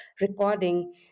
recording